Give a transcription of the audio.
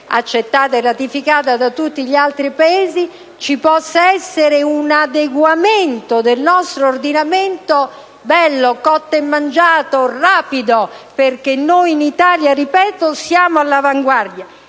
accettata e ratificata da tutti gli altri Paesi, ci possa essere un adeguamento del nostro ordinamento, bello, cotto e mangiato, rapido, perché noi in Italia - ripeto - siamo all'avanguardia,